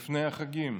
לפני החגים.